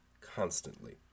constantly